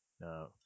No